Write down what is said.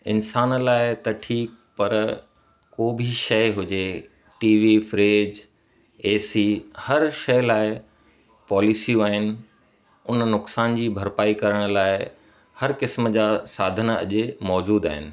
इंसान लाइ त ठीकु पर को बि शइ हुजे टीवी फ्रिज ए सी हर शइ लाइ पॉलिसियूं आहिनि उन नुक़सान जी भरपाई करण लाइ हर क़िस्म जा साधन अॼु मौजूदु आहिनि